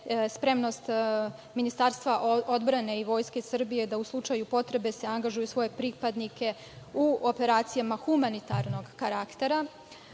spremnost Ministarstva odbrane i Vojske Srbije da u slučaju potrebe angažuju sve svoje pripadnike u operacijama humanitarnog karaktera.